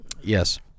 Yes